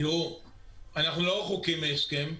אנחנו לא רחוקים מהסכם,